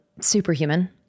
superhuman